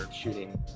shooting